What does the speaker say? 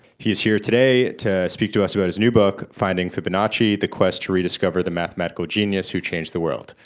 he's here today to speak to us about his new book, finding fibonacci, the quest to rediscover the mathematical genius who changed the world.